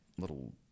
little